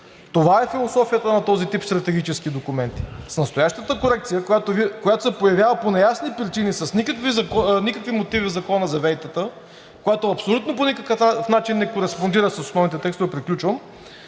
Това е философията на този тип стратегически документи. С настоящата корекция, която се появява по неясни причини – с никакви мотиви в Закона за ВЕИ-тата, което по абсолютно никакъв начин не кореспондира с основните текстове, Вие на